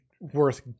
worth